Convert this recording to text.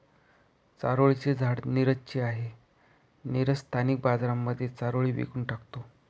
चारोळी चे झाड नीरज ची आहे, नीरज स्थानिक बाजारांमध्ये चारोळी विकून टाकतो